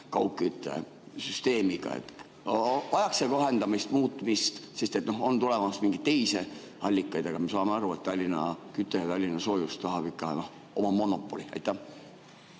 kaugküttesüsteemiga? Vajaks see kohendamist, muutmist? Sest on tulemas mingeid teisi allikaid, aga me saame aru, et Tallinna Küte, Tallinna Soojus tahab ikka oma monopoli. Aitäh!